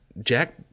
Jack